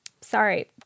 Sorry